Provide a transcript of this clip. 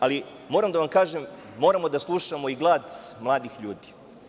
Ali, moram da vam kažem, moramo da slušamo i glas mladih ljudi.